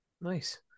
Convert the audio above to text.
Nice